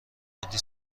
عادی